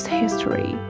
history